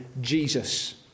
Jesus